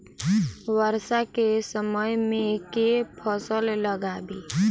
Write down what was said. वर्षा केँ समय मे केँ फसल लगाबी?